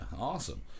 Awesome